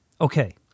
Okay